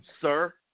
sir